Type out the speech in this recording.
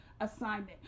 assignment